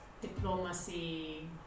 diplomacy